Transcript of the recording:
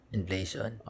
Inflation